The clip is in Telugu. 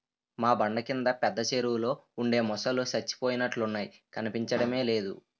మా బండ కింద పెద్ద చెరువులో ఉండే మొసల్లు సచ్చిపోయినట్లున్నాయి కనిపించడమే లేదు